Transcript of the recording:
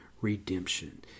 redemption